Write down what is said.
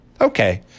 Okay